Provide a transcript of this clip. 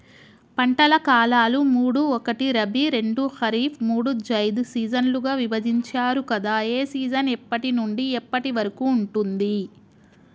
పంటల కాలాలు మూడు ఒకటి రబీ రెండు ఖరీఫ్ మూడు జైద్ సీజన్లుగా విభజించారు కదా ఏ సీజన్ ఎప్పటి నుండి ఎప్పటి వరకు ఉంటుంది?